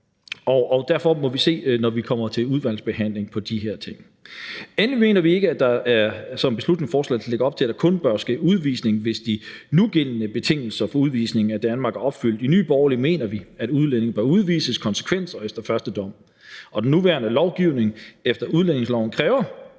de her ting, når vi kommer til udvalgsbehandlingen. Endelig mener vi ikke, at der, som beslutningsforslaget lægger op til, kun bør ske udvisning, hvis de nugældende betingelser for udvisning af Danmark er opfyldt. I Nye Borgerlige mener vi, at udlændinge bør udvises konsekvent og efter første dom. Den nuværende lovgivning efter udlændingeloven kræver